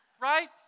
right